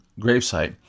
gravesite